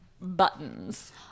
buttons